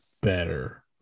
better